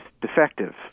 defective